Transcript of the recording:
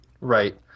Right